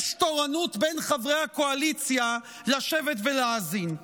יש תורנות בין חברי הקואליציה לשבת ולהאזין.